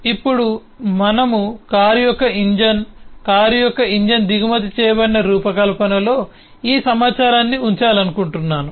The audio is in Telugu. ఇప్పుడు మనము కారు యొక్క ఇంజిన్ కారు యొక్క ఇంజిన్ దిగుమతి చేయబడిన రూపకల్పనలో ఈ సమాచారాన్ని ఉంచాలనుకుంటున్నాను